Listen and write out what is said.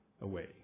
away